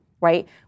right